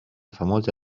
famosa